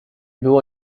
było